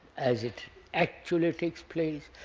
as it actually takes place,